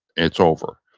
it's over.